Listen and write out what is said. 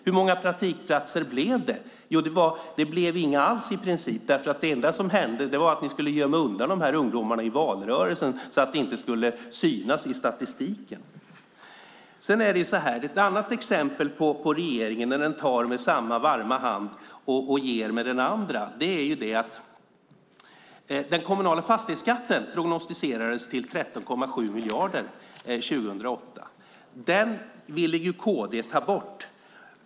Hur många praktikplatser blev det? Jo, det blev inga alls i princip. Det enda var att ni skulle gömma undan ungdomarna i valrörelsen så att de inte skulle synas i statistiken. Ett annat exempel på hur regeringen tar med samma varma hand som den ger med är att den kommunala fastighetsskatten prognostiserades till 13,7 miljarder 2008. Den ville kd ta bort.